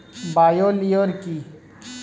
Bio lure কি?